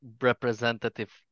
representative